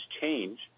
change